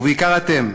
ובעיקר אתם,